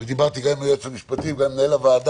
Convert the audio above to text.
ודיברתי גם עם היועץ המשפטי וגם עם מנהל הוועדה,